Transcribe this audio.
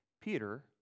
Peter